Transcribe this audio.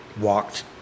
walked